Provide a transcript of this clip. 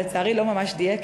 ולצערי לא ממש דייק,